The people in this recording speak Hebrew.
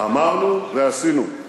אמרנו ועשינו,